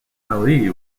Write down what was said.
ali